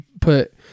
put